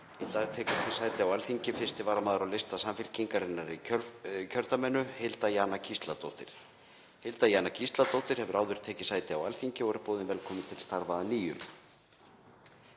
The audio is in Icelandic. Í dag tekur því sæti á Alþingi 1. varamaður á lista Samfylkingarinnar í kjördæminu, Hilda Jana Gísladóttir. Hilda Jana Gísladóttir hefur áður tekið sæti á Alþingi og er boðin velkomin til starfa að nýju.